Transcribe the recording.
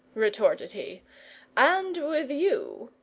retorted he and with you?